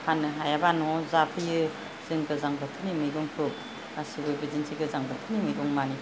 फाननो हायाबा न'आव जाफैयो जों गोजां बोथोरनि मैगंखौ गासिबो बिदिनोसै गोजां बोथोरनि मैगं मानि